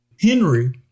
Henry